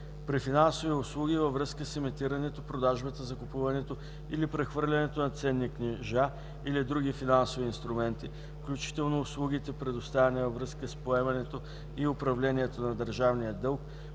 при финансови услуги във връзка с емитирането, продажбата, закупуването или прехвърлянето на ценни книжа или други финансови инструменти, включително услугите, предоставяни във връзка с поемането и управлението на държавния дълг,